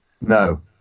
No